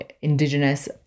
indigenous